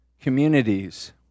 communities